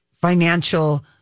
financial